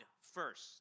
first